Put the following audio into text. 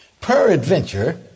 Peradventure